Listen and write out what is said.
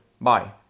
Bye